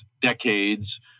decades